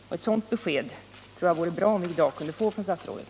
Det vore bra om vi i dag kunde få ett sådant besked från statsrådet.